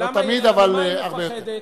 ממה היא מפחדת,